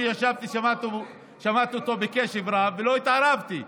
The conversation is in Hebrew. ישבתי, שמעתי אותו בקשב רב ולא התערבתי.